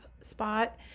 spot